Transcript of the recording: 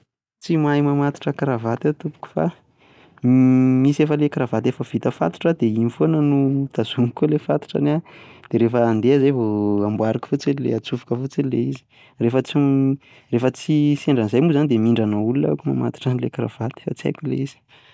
Tsy mahay mamatotra kravaty ao tompoko fa misy an'ilay kravaty efa vita fatotra dia iny foana no tazomiko eo ilay fatotrany an, dia rehefa andeha aho izay vao amboariko fotsiny, atsofoka fotsiny ilay izy, rehefa tsy rehefa tsy sendran'izay moa izany dia mihindrana olona ahako mamatotra an'ilay kravaty fa tsy haiko ilay izy